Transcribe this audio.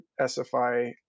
SFI